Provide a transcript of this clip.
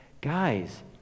guys